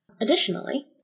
Additionally